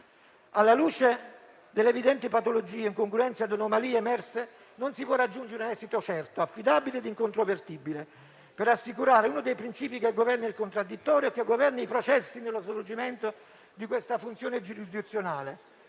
Alla luce delle evidenti patologie, incongruenze e anomalie emerse, non si può raggiungere un esito certo, affidabile e incontrovertibile per assicurare uno dei principi che governa il contraddittorio e che governa i processi nello svolgimento di questa funzione giurisdizionale